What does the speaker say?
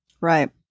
Right